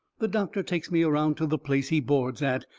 the doctor takes me around to the place he boards at,